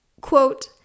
quote